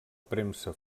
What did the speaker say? premsa